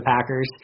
Packers